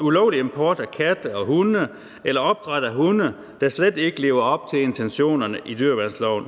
ulovlig import af katte og opdræt af hunde, der slet ikke lever op til intentionerne i dyreværnsloven;